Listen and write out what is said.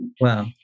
Wow